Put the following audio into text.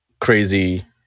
crazy